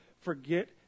forget